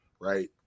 Right